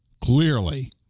clearly